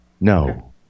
No